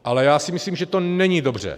Ale já si myslím, že to není dobře.